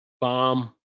bomb